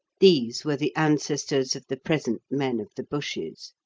these were the ancestors of the present men of the bushes.